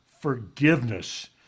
forgiveness